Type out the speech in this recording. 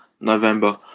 November